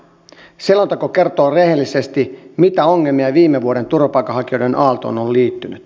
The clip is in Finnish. selonteko kertoo rehellisesti mitä ongelmia viime vuoden turvapaikanhakijoiden aaltoon on liittynyt